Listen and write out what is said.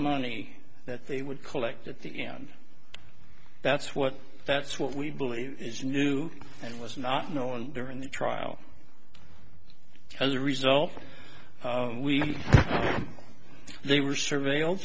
money that they would collect at the end that's what that's what we believe is new and was not known during the trial as a result we they were surveill